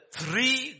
three